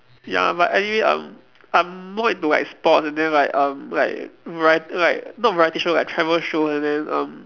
ya but anyway I'm I'm more into like sports and then like um like variet~ like not variety show like travel shows and then um